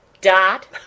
dot